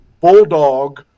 bulldog